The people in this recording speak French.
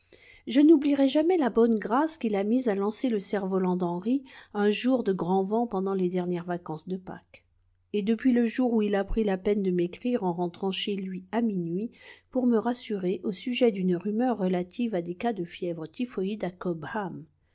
je n'oublierai jamais la bonne grâce qu'il a mise à lancer le cerf-volant d'henri un jour de grand vent pendant les dernières vacances de pâques et depuis le jour où il a pris la peine de m'écrire en rentrant chez lui à minuit pour me rassurer au sujet d'une rumeur relative à des cas de fièvre typhoïde à cobham